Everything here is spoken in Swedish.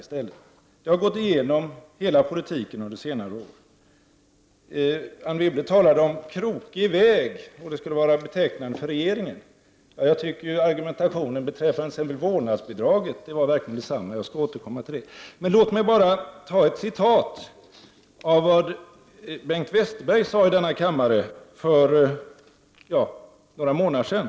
Denna linje har gått i genom hela politiken under senare år. Anne Wibble talade om krokig väg, och det skulle vara betecknande för regeringen. Jag tycker att argumentet beträffande t.ex. vårdnadsbidraget verkligen var enkrokigt så att säga. Jag skall återkomma till det. Låt mig bara återge vad Bengt Westerberg sade i denna kammare för några månader sedan.